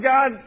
God